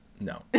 No